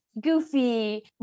goofy